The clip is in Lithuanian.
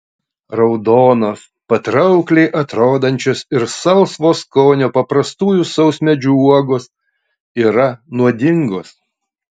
raudonos patraukliai atrodančios ir salsvo skonio paprastųjų sausmedžių uogos yra nuodingos